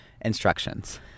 Instructions